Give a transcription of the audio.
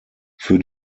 für